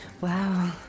wow